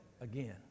again